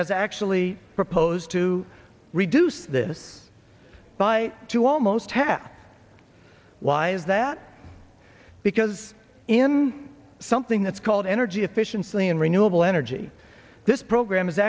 has actually proposed to reduce this by two almost half why is that because in something that's called energy efficiency and renewable energy this program is